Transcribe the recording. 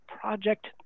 Project